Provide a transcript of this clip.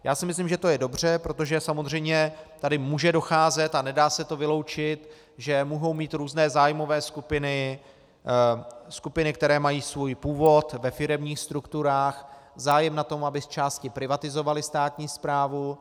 Já si myslím, že to je dobře, protože samozřejmě tady může docházet a nedá se to vyloučit, že mohou mít různé zájmové skupiny, skupiny, které mají svůj původ ve firemních strukturách, zájem na tom, aby zčásti privatizovaly státní správu.